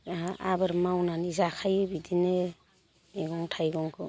आंहा आबाद मावनानै जाखायो बिदिनो मैगं थाइगंखौ